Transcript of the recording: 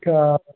کیا